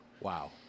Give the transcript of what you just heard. Wow